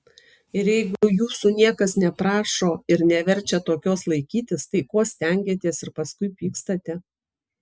ir jeigu jūsų niekas neprašo ir neverčia tokios laikytis tai ko stengiatės ir paskui pykstate